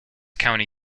county